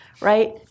right